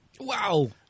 Wow